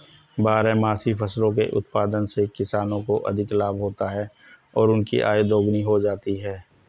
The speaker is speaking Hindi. बारहमासी फसलों के उत्पादन से किसानों को अधिक लाभ होता है और उनकी आय दोगुनी हो जाती है